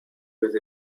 with